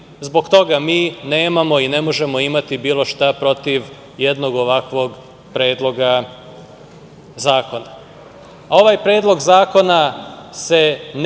zbog toga mi nemamo i ne možemo imati bilo šta protiv jednog ovakvog predloga zakona. Ovaj